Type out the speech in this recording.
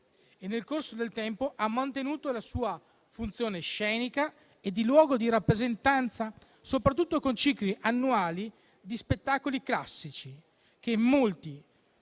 Nel corso del tempo ha mantenuto la sua funzione scenica e di luogo di rappresentanza, soprattutto con cicli annuali di spettacoli classici, che molti